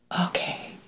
okay